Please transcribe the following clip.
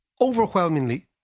overwhelmingly